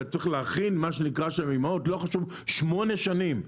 אתה צריך להכין מה שנקרא --- שמונה שנים.